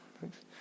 Thanks